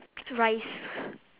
rice